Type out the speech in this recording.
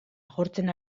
agortzen